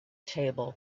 table